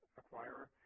acquirer